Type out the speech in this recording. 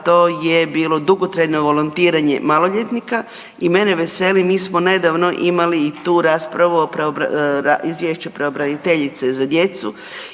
to je bilo dugotrajno volontiranje maloljetnika i mene veseli, mi smo nedavno imali i tu raspravu o .../nerazumljivo/... Izvješće pravobraniteljice za djecu